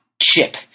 chip